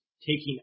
taking